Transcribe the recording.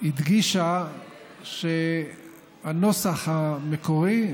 הדגישה שהנוסח המקורי,